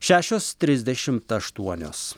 šešios trisdešimt aštuonios